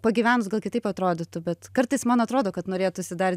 pagynenus gal kitaip atrodytų bet kartais man atrodo kad norėtųsi dar